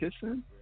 kissing